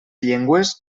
llengües